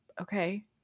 okay